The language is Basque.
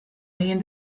egin